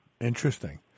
interesting